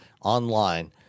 online